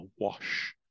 awash